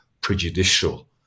prejudicial